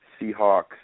Seahawks